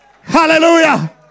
Hallelujah